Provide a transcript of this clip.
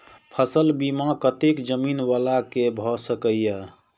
फसल बीमा कतेक जमीन वाला के भ सकेया?